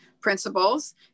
principles